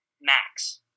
max